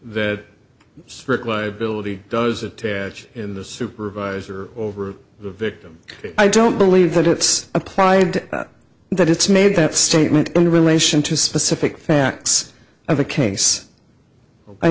that strict liability does attach in the supervisor over the victim i don't believe that it's applied to that that it's made that statement in relation to specific facts of the case